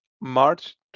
March